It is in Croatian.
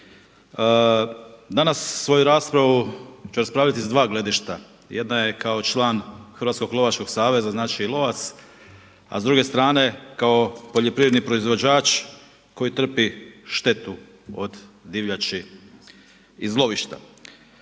Danas svoju raspravu ću raspravljati sa dva gledišta. Jedna je kao član Hrvatskog lovačkog saveza. Znači lovac, a s druge strane kao poljoprivredni proizvođač koji trpi štetu od divljači iz lovišta.